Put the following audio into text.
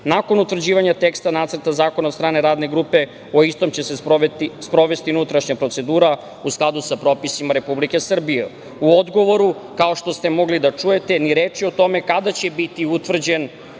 Nakon utvrđivanja teksta nacrta zakona od strane Radne grupe, o istom će se sprovesti unutrašnja procedura u skladu sa propisima Republike Srbije“.U odgovoru, kao što ste mogli da čujete, ni reči o tome kada će biti utvrđen